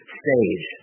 stage